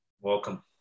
Welcome